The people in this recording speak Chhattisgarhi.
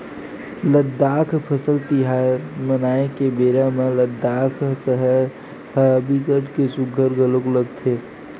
लद्दाख फसल तिहार मनाए के बेरा म लद्दाख सहर ह बिकट के सुग्घर घलोक लगथे